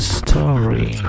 story